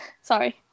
sorry